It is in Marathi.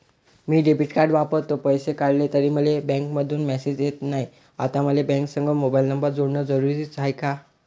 मी डेबिट कार्ड वापरतो, पैसे काढले तरी मले बँकेमंधून मेसेज येत नाय, आता मले बँकेसंग मोबाईल नंबर जोडन जरुरीच हाय का?